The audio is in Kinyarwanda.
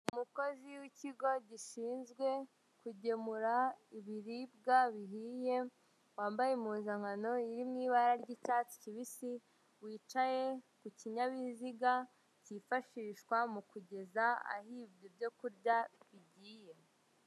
Umukozi w'ikigo gishinzwe kugemura ibiribwa bihiriye, wambaye impunzankano iri mu ibara ry'icyatsi kibisi, wicaye ku kinyabiziga cyifashishwa mu kugeza aho ibi byo kurya bigiye.